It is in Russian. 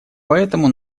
поэтому